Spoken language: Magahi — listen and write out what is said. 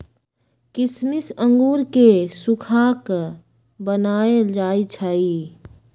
किशमिश अंगूर के सुखा कऽ बनाएल जाइ छइ